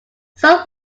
some